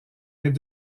est